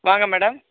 வாங்க மேடம்